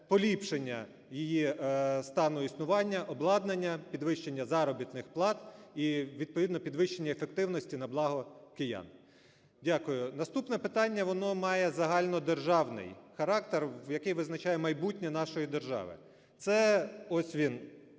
поліпшення її стану існування, обладнання, підвищення заробітних плат і відповідно підвищення ефективності на благо киян. Дякую. Наступне питання, воно має загальнодержавний характер, який визначає майбутнє нашої держави. Це ось він,